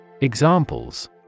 Examples